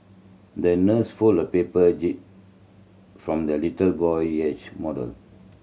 the nurse folded a paper jib from the little boy yacht model